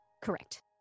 Correct